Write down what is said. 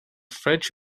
french